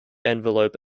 envelope